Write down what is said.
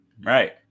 Right